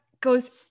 goes